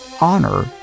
Honor